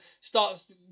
starts